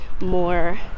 more